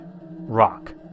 Rock